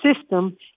system